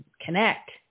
connect